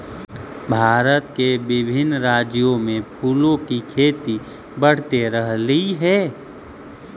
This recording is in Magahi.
भारत के विभिन्न राज्यों में फूलों की खेती बढ़ते रहलइ हे